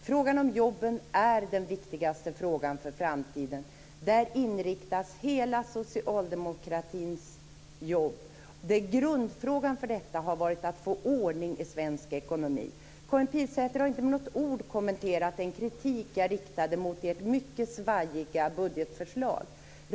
Frågan om jobben är den viktigaste frågan för framtiden, och hela socialdemokratins ansträngningar är inriktade på den. Grundfrågan har varit att få ordning på den svenska ekonomin. Karin Pilsäter har inte med ett ord kommenterat den kritik jag riktade mot ert mycket svajiga budgetförslag.